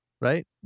Right